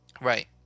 right